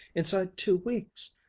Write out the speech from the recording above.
inside two weeks!